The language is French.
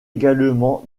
également